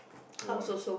wall